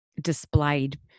displayed